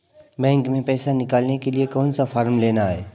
Bank में पैसा निकालने के लिए कौन सा फॉर्म लेना है?